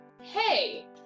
hey